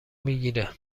میگیره